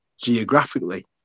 geographically